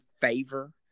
favor